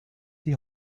die